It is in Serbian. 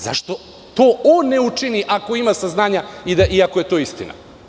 Zašto to on ne učini ako ima saznanja i ako je to istina?